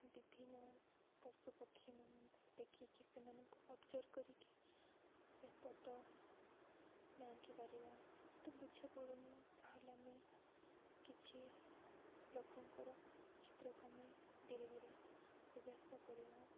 ବିଭିନ୍ନ ପଶୁପକ୍ଷୀମାନଙ୍କୁ ଦେଖିକି ସେମାନଙ୍କୁ ଅବଜର୍ଭ କରିକି ସେ ଫଟୋ ଆମେ ଆଙ୍କିପାରିବା ତ ବୁଝା ପଡ଼ୁନି ତା'ହେଲେ ଆମେ କିଛି ଲୋକଙ୍କର ଚିତ୍ରକୁ ଆମେ ଧୀରେ ଧୀରେ ଅଭ୍ୟାସ କରିବା